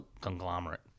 conglomerate